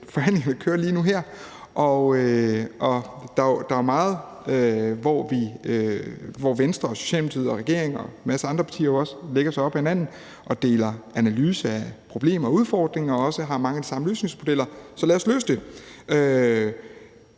forhandlingerne kører lige nu og her, og der er meget, hvor Venstre, Socialdemokratiet og regeringen og en masse andre partier lægger sig op ad hinanden og deler analysen af problemer og udfordringer og har mange af de samme løsningsmodeller. Så lad os løse det.